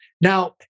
now